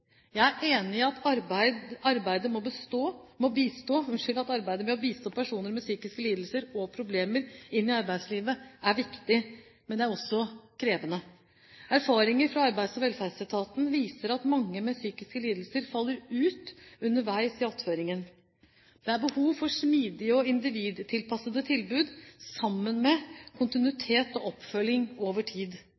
Jeg er enig i at arbeidet med å bistå personer med psykiske lidelser og problemer inn i arbeidslivet er viktig, men det er også krevende. Erfaringer fra Arbeids- og velferdsetaten viser at mange med psykiske lidelser faller ut underveis i attføringen. Det er behov for smidige og individtilpassede tilbud sammen med